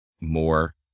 more